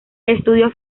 estudió